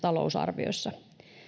talousarviossa